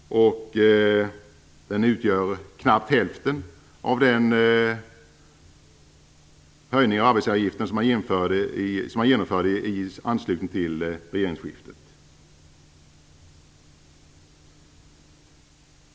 Den utgör knappt hälften av den höjning av arbetsgivaravgiften som man genomförde i anslutning till regeringsskiftet.